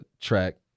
track